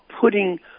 putting